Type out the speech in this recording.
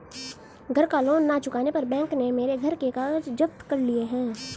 घर का लोन ना चुकाने पर बैंक ने मेरे घर के कागज जप्त कर लिए